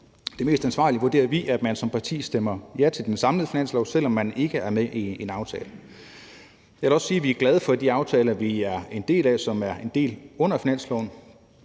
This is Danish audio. det mest ansvarlige, at man som parti stemmer ja til den samlede finanslov, selv om man ikke er med i en aftale. Jeg vil også sige, at vi er glade for de aftaler, vi er en del af, og som er dele under finansloven,